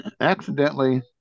accidentally